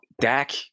Dak